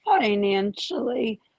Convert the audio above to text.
financially